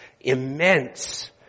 immense